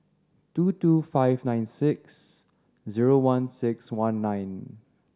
two two five nine six zero one six one nine